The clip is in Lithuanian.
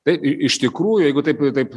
tai iš iš tikrųjų jeigu taip taip